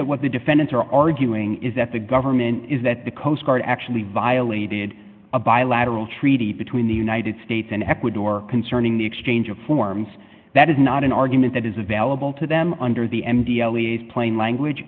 that what the defendants are arguing is that the government is that the coast guard actually violated a bilateral treaty between the united states and ecuador concerning the exchange of forms that is not an argument that is available to them under the m d l e s plain language